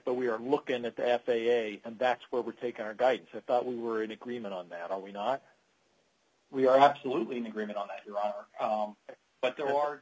but we are looking at the f a a and that's where we take our guidance i thought we were in agreement on that are we not we are absolutely no agreement on that but there are